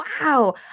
Wow